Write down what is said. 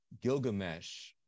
Gilgamesh